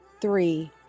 three